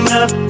up